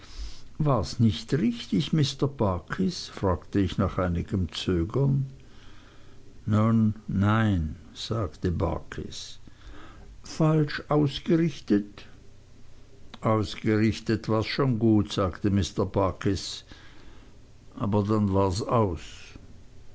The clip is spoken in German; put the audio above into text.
wars nicht richtig mr barkis fragte ich nach einigem zögern nun nein sagte barkis falsch ausgerichtet ausgerichtet wars schon gut sagte mr barkis aber dann wars aus